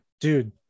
dude